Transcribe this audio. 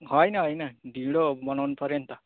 होइन होइन ढिँडो बनाउनु पर्यो नि त